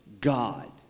God